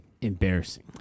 Embarrassing